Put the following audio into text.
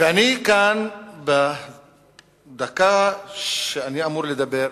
ואני כאן, בדקה שאני אמור לדבר,